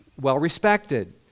well-respected